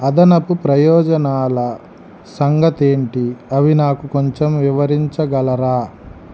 అదనపు ప్రయోజనాల సంగతేంటి అవి నాకు కొంచెం వివరించగలరా